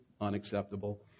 Unacceptable